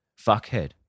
fuckhead